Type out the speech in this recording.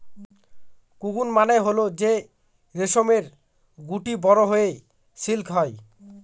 cocoon মানে হল যে রেশমের গুটি বড়ো হয়ে সিল্ক হয়